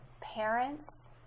parents